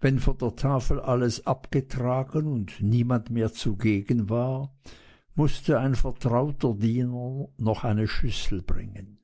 wenn von der tafel alles abgetragen und niemand mehr zugegen war mußte ein vertrauter diener noch eine schüssel bringen